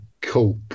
cope